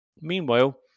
Meanwhile